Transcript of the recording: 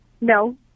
No